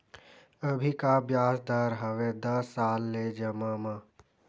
अभी का ब्याज दर हवे दस साल ले जमा मा?